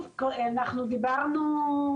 דיברנו,